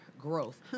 growth